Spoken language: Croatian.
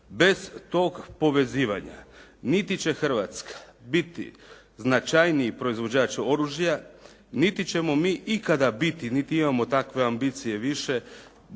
Bez tog povezivanja niti će Hrvatska biti značajniji proizvođač oružja, niti ćemo mi ikada biti niti imamo takve ambicije više,